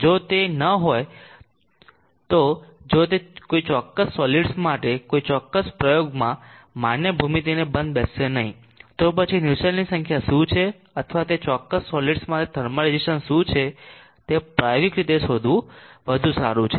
જો તે ન હોય તો જો તે કોઈ ચોક્કસ સોલીડ્સ માટે કોઈ ચોક્કસ પ્રયોગમાં માનક ભૂમિતિને બંધબેસશે નહીં તો પછી નુસ્સેલ્ટની સંખ્યા શું છે અથવા તે ચોક્કસ સોલીડ્સ માટે થર્મલ રેસિસ્ટન્સ શું છે તે પ્રાયોગિક રીતે શોધવું વધુ સારું છે